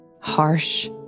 harsh